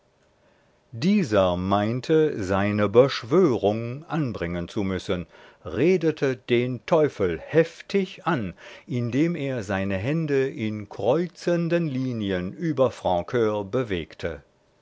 dieser meinte seine beschwörung anbringen zu müssen redete den teufel heftig an indem er seine hände in kreuzenden linien über francur bewegte